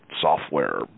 software